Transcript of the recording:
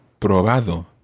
probado